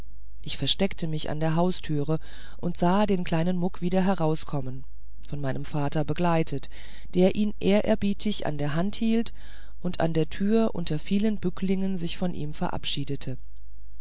ich versteckte mich an der haustüre und sah den muck wieder herauskommen von meinem vater begleitet der ihn ehrerbietig an der hand hielt und an der türe unter vielen bücklingen sich von ihm verabschiedete